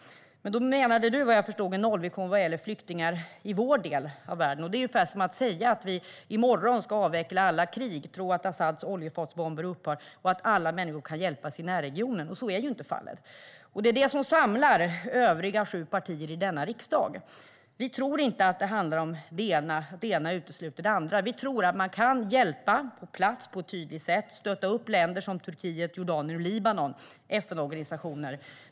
Men vad jag förstår menade du, Julia Kronlid, en nollvision vad gäller flyktingar i vår del av världen. Det är ungefär som att säga att vi i morgon ska avveckla alla krig, tro att Asads oljefatsbomber upphör och att alla människor kan hjälpas i närregionen. Så är ju inte fallet. Det som samlar övriga sju partier i denna riksdag är att vi inte tror att det handlar om att det ena utesluter det andra. Vi tror att man kan hjälpa på plats på ett tydligt sätt och att man kan stötta länder som Turkiet, Jordanien och Libanon och FN-organisationer.